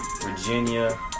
Virginia